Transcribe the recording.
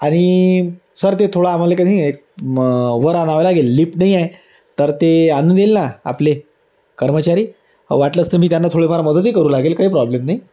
आणि सर ते थोडं आम्हाला की नाही एक मग वर आणावं लागेल लिफ्ट नाही तर ते आणून देईल ना आपले कर्मचारी वाटलंस तर मी त्यांना थोडेफार मदतही करू लागेल काही प्रॉब्लेम नाही